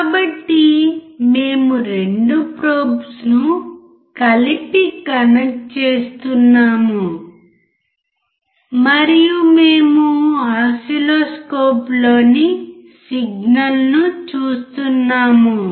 కాబట్టి మేము 2 ప్రోబ్స్ను కలిపి కనెక్ట్ చేస్తున్నాము మరియు మేము ఓసిల్లోస్కోప్లోని సిగ్నల్ను చూస్తున్నాము